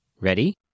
Ready